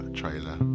trailer